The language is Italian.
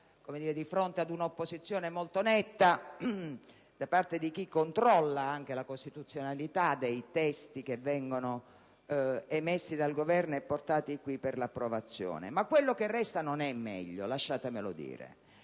di fronte ad un'opposizione molto netta da parte di chi controlla anche la costituzionalità dei testi che vengono emessi dal Governo e portati qui per l'approvazione. Ma quello che resta non è meglio, lasciatemelo dire!